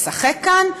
משחק כאן,